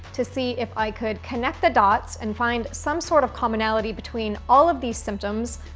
to see if i could connect the dots and find some sort of commonality between all of these symptoms,